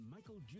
Michael